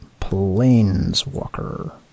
planeswalker